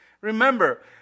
Remember